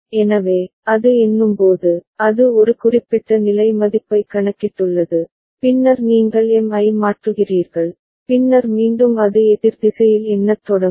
எனவே அது எண்ணும்போது அது ஒரு குறிப்பிட்ட நிலை மதிப்பைக் கணக்கிட்டுள்ளது பின்னர் நீங்கள் M ஐ மாற்றுகிறீர்கள் பின்னர் மீண்டும் அது எதிர் திசையில் எண்ணத் தொடங்கும்